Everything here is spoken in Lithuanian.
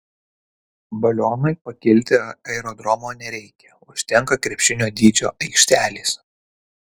balionui pakilti aerodromo nereikia užtenka krepšinio dydžio aikštelės